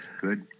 Good